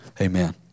amen